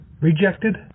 rejected